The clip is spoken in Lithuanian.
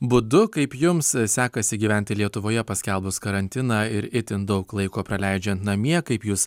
būdu kaip jums sekasi gyventi lietuvoje paskelbus karantiną ir itin daug laiko praleidžiant namie kaip jūs